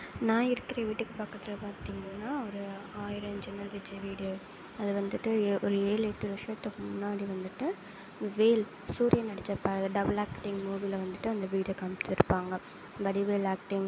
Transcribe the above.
நான் இருக்கிற வீட்டுக்கு பக்கத்தில் பார்த்தீங்கன்னா ஒரு ஆயிரம் ஜன்னல் வைச்ச வீடு அது வந்துவிட்டு ஒரு ஏழு எட்டு வருஷத்துக்கு முன்னாடி வந்துவிட்டு வேல் சூரியா நடித்த படம் டபுள் ஆக்டிங் மூவியில் வந்துவிட்டு அந்த வீடை காண்ம்ச்சிருப்பாங்க வடிவேல் ஆக்டிங்